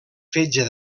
fetge